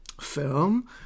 film